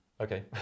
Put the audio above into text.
okay